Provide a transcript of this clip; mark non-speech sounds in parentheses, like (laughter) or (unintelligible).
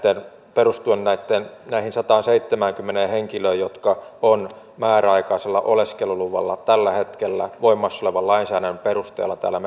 perustuen näihin sataanseitsemäänkymmeneen henkilöön jotka ovat määräaikaisella oleskeluluvalla tällä hetkellä voimassa olevan lainsäädännön perusteella täällä (unintelligible)